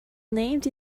named